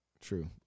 true